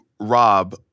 rob